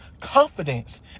confidence